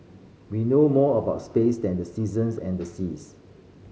we know more about space than the seasons and the seas